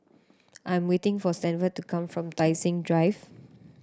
I'm waiting for Stanford to come from Tai Seng Drive